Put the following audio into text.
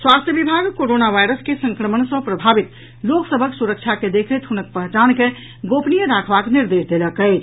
स्वास्थ्य विभाग corona virus के संक्रमण सँ प्रभावित लोक सभक सुरक्षा के देखैत हुनक पहचान के गोपनीय राखबाक निर्देश देलक अछि